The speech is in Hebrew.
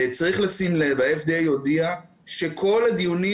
צריך לשים לב שה-FDA הודיע שכל הדיונים